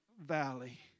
valley